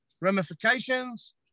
ramifications